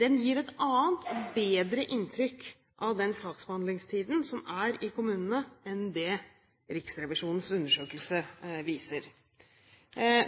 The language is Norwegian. Den gir et annet og bedre inntrykk av saksbehandlingstiden i kommunene enn det Riksrevisjonens undersøkelse viser.